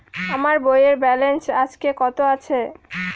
আমার বইয়ের ব্যালেন্স আজকে কত আছে?